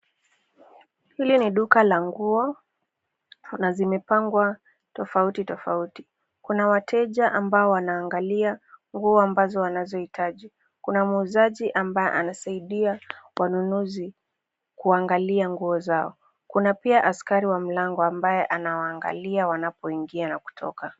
Hili ni duka la nguo. Kuna zimepangwa tofauti tofauti. Kuna wateja ambao wanaangalia nguo ambazo wanazohitaji. Kuna muuzaji ambaye anasaidia wanunuzi kuangalia nguo zao. Kuna pia askari wa mlango ambaye anawaangalia wanapoingia na kutoka.